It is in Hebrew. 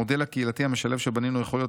המודל הקהילתי המשלב שבנינו יכול להיות